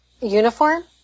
uniform